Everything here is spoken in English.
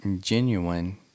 Genuine